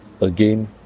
again